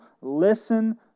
listen